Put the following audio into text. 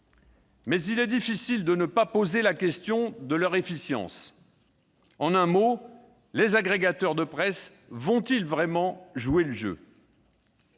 Mais il est difficile de ne pas poser la question de leur efficience. En un mot : les agrégateurs de presse vont-ils vraiment jouer le jeu ?